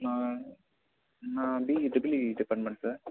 நான் நான் B E triple E department sir